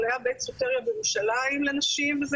אבל היה בית סוטריה בירושלים לנשים וזה